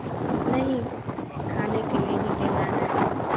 नहीं खाने के लिए ही लेना है